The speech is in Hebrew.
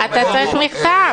אתה צריך מכתב.